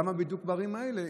למה בדיוק בערים האלה,